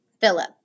Philip